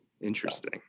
interesting